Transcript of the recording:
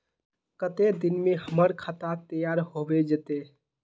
केते दिन में हमर खाता तैयार होबे जते?